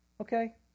Okay